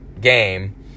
game